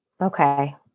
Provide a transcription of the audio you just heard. Okay